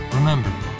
Remember